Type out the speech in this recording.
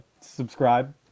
subscribe